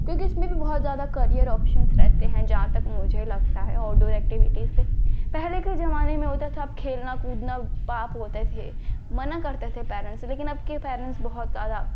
क्योंकि इसमें भी बहुत ज़्यादा करियर ऑप्शन्स रहते हैं जहाँ तक मुझे लगता है आउटडोर एक्टिविटीज़ पर पहले के ज़माने में होता था जब खेलना कूदना पाप होता था मना करते थे पेरेन्ट्स लेकिन अब के पेरेन्ट्स बहुत ज़्यादा